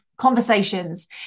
conversations